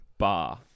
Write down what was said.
bar